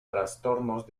trastornos